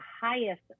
highest